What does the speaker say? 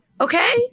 okay